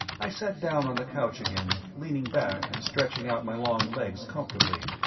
i sat down on the couch again, leaning back and stretching out my long legs comfortably.